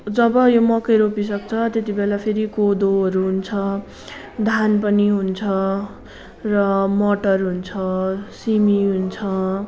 जब यो मकै रोपिसक्छ त्यति बेला फेरि कोदोहरू हुन्छ धान पनि हुन्छ र मटर हुन्छ सिमी हुन्छ